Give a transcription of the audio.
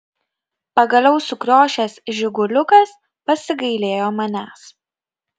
pagaliau sukriošęs žiguliukas pasigailėjo manęs